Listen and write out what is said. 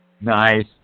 Nice